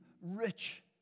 rich